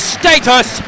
status